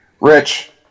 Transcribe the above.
Rich